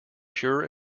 pure